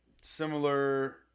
Similar